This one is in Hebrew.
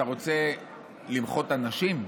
אתה רוצה למחות אנשים?